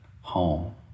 home